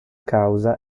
causa